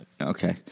Okay